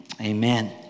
Amen